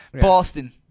Boston